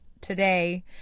today